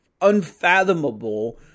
unfathomable